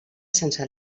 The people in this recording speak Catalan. sense